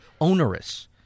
onerous